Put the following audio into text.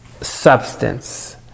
substance